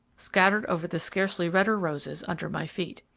scattered over the scarcely redder roses under my feet.